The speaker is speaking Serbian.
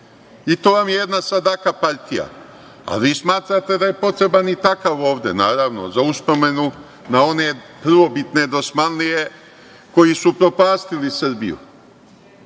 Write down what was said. I to vam je jedna sad jaka partija, a vi smatrate da je potreba ovde i takav. Naravno, za uspomenu na one prvobitne dosmanlije koji su upropastili Srbiju.